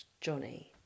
Johnny